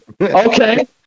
okay